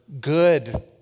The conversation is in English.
good